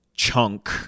chunk